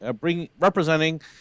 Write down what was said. representing